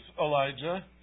Elijah